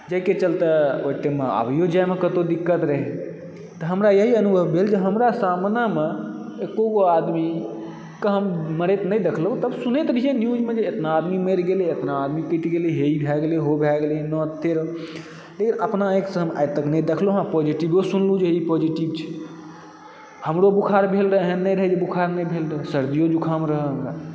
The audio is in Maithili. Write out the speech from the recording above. जाहिके चलते ओहिके टाइममे आबिओ जाइमे कतहुँ दिक्कत रहै तऽ हमरा यही अनुभव भेल जे हमरा सामनेमे एकोगो आदमी कऽ मरैत हम नहि देखलहुँ तब हम सुनैत हेबय न्यूजमे जे इतना आदमी मरि गेल इतना आदमी कटि गेलै हे ई भए गेलै हे ओ भए गेलै नओ तेरह लेकिन अपना आँखिसँ हम आइ तक नहि देखलउ हँ पोजिटिवो सुनलौ जे ई पॉजिटिव छै हमरो बुखार भेल रहऽ एहन नहि रहै जे बुखार नहि भेल रहै सर्दियों जुकाम रहै हमरा